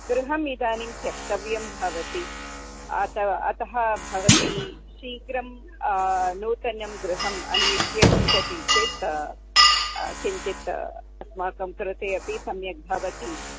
गृहम् इदानीं त्यक्तव्यं भवति अतः अतः भवती शीघ्रं नूतनं गृहम् अन्विष्य गच्छति चेत् किञ्चित् अस्माकं कृते अपि सम्यक् भवति